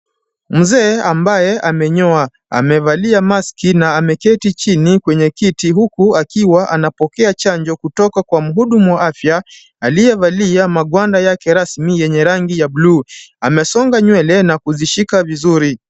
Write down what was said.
Mzee ambaye amenyoa. Amevalia maski na ameketi chini kwenye kiti huku akiwa anapokea chanjo kutoka kwa mhudumu wa afya aliyevalia maguanda yake rasmi yenye rangi ya bluu. Amesonga nywele na kuzishika vizuri.